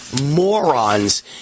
morons